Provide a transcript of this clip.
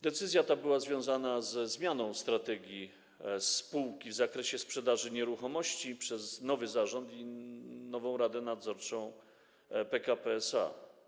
Decyzja ta była związana ze zmianą strategii spółki w zakresie sprzedaży nieruchomości dokonaną przez nowy zarząd i nową radę nadzorczą PKP SA.